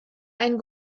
ein